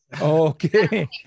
okay